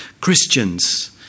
Christians